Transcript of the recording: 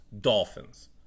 dolphins